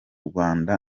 rwanda